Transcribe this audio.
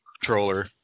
controller